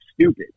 stupid